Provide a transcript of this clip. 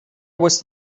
was